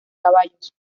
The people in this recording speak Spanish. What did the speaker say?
caballos